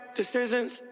decisions